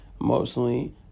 emotionally